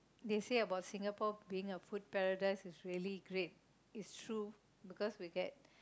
they say about Singapore being a food paradise is really great is true because we get